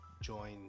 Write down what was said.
join